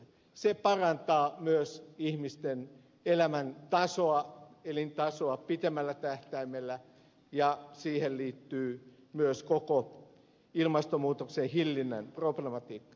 se parantaa myös ihmisten elintasoa pitemmällä tähtäimellä ja siihen liittyy myös koko ilmastonmuutoksen hillinnän problematiikka